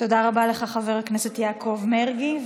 תודה רבה לך, חבר הכנסת יעקב מרגי.